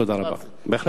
תודה רבה.